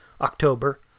October